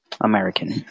American